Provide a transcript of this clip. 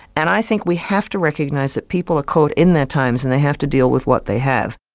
and i think we have to recognise that people are caught in their times, and they have to deal with what they have.